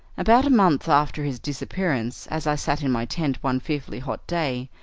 about a month after his disappearance, as i sat in my tent one fearfully hot day,